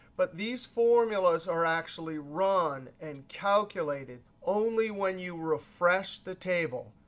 but these formulas are actually run and calculated only when you refresh the table.